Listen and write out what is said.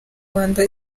rwanda